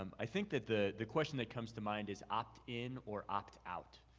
um i think that the the question that comes to mind is opt in or opt out.